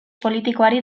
politikoari